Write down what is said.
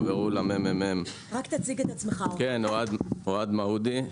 אני אוהד מעודי,